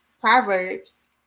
proverbs